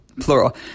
plural